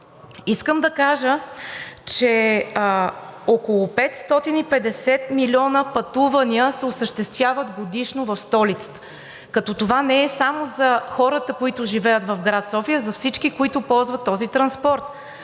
Искам да кажа, че около 550 милиона пътувания се осъществяват годишно в столицата , като това не е само за хората, които живеят в град София, а за всички, които ползват този транспорт.